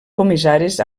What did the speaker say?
comissaris